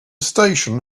station